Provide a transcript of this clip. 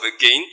again